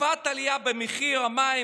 הקפאת העלייה במחיר המים,